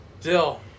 Dill